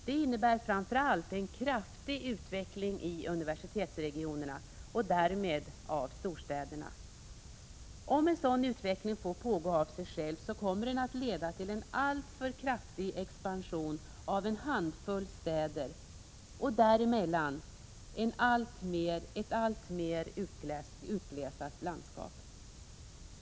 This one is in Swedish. Det innebär framför allt en kraftig utveckling i universitetsregionerna och därmed storstäderna. Om en sådan utveckling får pågå av sig själv, kommer den att leda till en alltför kraftig expansion av en handfull städer och däremellan ett alltmer utglesat landskap.